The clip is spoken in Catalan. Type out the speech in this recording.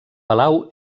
palau